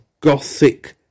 gothic